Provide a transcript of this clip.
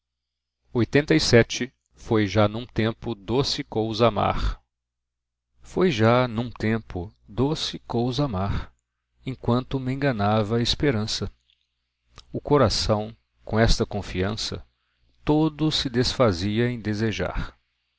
se arrepende já do que tem feito foi já num tempo doce cousa amar enquanto m'enganava a esperança o coração com esta confiança todo se desfazia em desejar